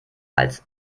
als